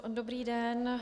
Dobrý den.